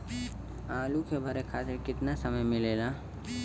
Loan के भरे खातिर कितना समय मिलेला?